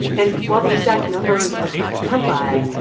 and while the exact numbers are hard to come by,